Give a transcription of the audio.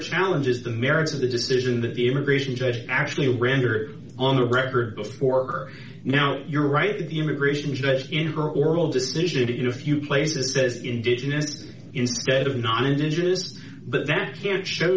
challenges the merits of the decision that the immigration judge actually rendered on the record before now you're right that the immigration judge in her oral decision to do a few places says indigenous instead of non indigenous but that can't show